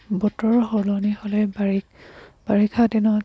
বতৰৰ সলনি হ'লে বাৰিষা দিনত